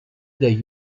der